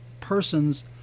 persons